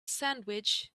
sandwich